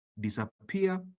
Disappear